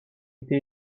été